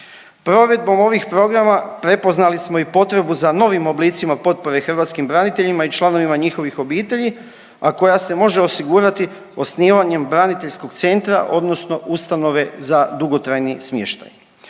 Provedbom ovih programa prepoznali smo i potrebu za novim oblicima potpore hrvatskim braniteljima i članovima njihovih obitelji, a koja se može osigurati osnivanjem braniteljskog centra odnosno ustanove za dugotrajni smještaj.